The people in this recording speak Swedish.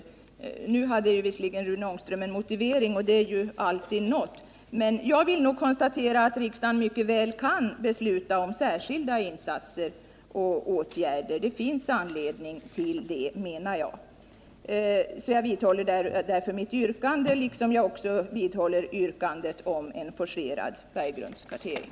Rune Ångström hade visserligen en motivering till det, och det är ju alltid något. Men jag vill nog säga att riksdagen mycket väl kan besluta om särskilda insatser. Enligt min mening finns det anledning till detta. Jag vidhåller därför mitt yrkande liksom yrkandetomen Nr 142